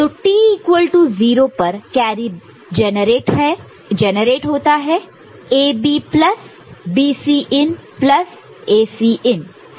तो t0 पर carry बनता जेनरेट generate है AB plus BCin plus Acin से